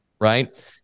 right